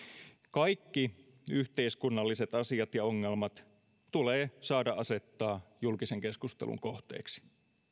kaikki yhteiskunnalliset asiat ja ongelmat tulee saada asettaa julkisen keskustelun kohteeksi